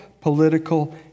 political